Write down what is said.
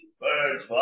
birds